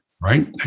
right